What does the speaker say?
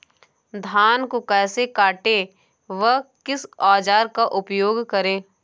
धान को कैसे काटे व किस औजार का उपयोग करें?